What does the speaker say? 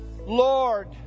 Lord